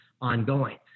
ongoing